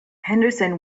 henderson